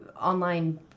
online